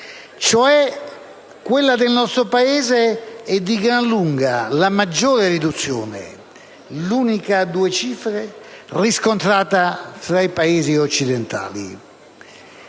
Cioè quella del nostro Paese è di gran lunga la maggiore riduzione, l'unica a due cifre, riscontrata fra i Paesi occidentali.